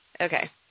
Okay